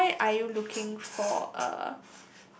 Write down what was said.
why are you looking for uh